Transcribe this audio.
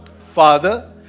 father